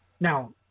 Now